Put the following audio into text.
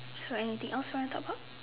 so anything else you want to talk about